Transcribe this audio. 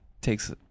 takes